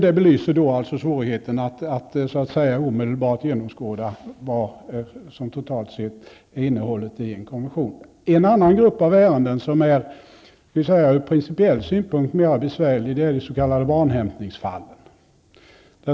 Det belyser svårigheten att omedelbart genomskåda vad som totalt sett är innehållet i en konvention. En grupp av ärenden som ur principiell synpunkt är mera besvärlig är de s.k. barnhämtningsfallen.